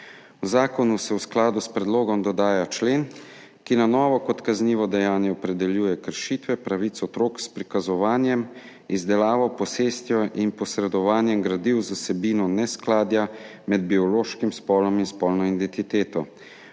V zakonu se v skladu s predlogom dodaja člen, ki na novo kot kaznivo dejanje opredeljuje kršitve pravic otrok s prikazovanjem, izdelavo, posestjo in posredovanjem gradiv z vsebino neskladja med biološkim spolom in spolno identiteto.